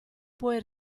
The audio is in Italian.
poi